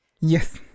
Yes